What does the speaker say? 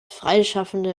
freischaffende